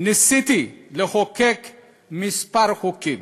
ניסיתי לחוקק כמה חוקים,